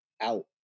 out